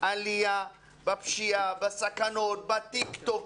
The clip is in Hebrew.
עלייה בפשיעה, בסכנות, בטיקטוק.